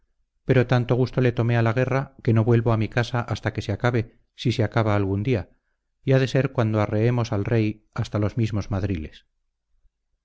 pero tanto gusto le tomé a la guerra que no vuelvo a mi casa hasta que se acabe si se acaba algún día y ha de ser cuando arreemos al rey hasta los mismos madriles